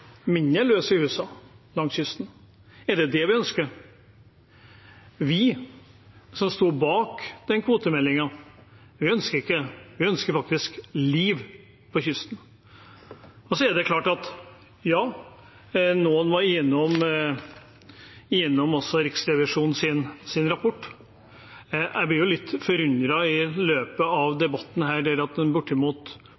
mindre lys i husene langs kysten. Er det det vi ønsker? Vi som sto bak kvotemeldingen, ønsker ikke det, vi ønsker faktisk liv på kysten. Noen var innom Riksrevisjonens rapport. Jeg blir litt forundret i løpet av